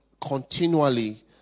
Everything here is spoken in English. continually